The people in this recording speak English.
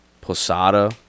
Posada